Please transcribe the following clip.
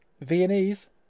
Viennese